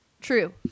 True